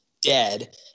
dead